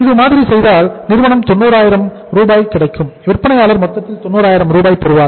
இது மாதிரி செய்தால் நிறுவனத்திற்கு 90000 ரூபாய் கிடைக்கும் விற்பனையாளர் மொத்தத்தில் 90000 ரூபாய் பெறுவார்